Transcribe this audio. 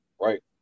right